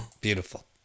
Beautiful